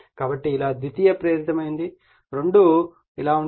కాబట్టి ఇది ద్వితీయ ప్రేరేపితమైనది రెండూ ఇలా ఉంటాయి